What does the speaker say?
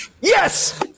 Yes